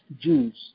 Jews